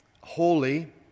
holy